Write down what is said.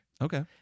Okay